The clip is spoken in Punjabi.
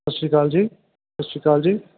ਸਤਿ ਸ਼੍ਰੀ ਅਕਾਲ ਜੀ ਸਤਿ ਸ਼੍ਰੀ ਅਕਾਲ ਜੀ